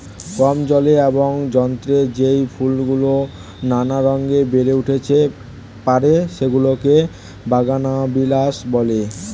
কম জলে এবং যত্নে যেই ফুলগুলো নানা রঙে বেড়ে উঠতে পারে, সেগুলোকে বাগানবিলাস বলে